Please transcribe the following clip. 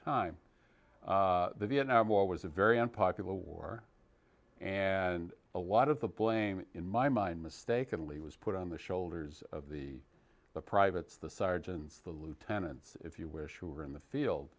time the vietnam war was a very unpopular war and a lot of the blame in my mind mistakenly was put on the shoulders of the privates the sergeants the lieutenants if you wish who were in the field